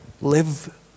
Live